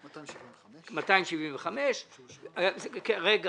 פנייה מספר 275. הבנו